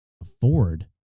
afford